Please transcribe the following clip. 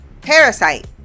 Parasite